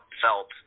felt